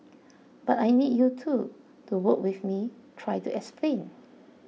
but I need you too to work with me try to explain